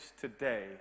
today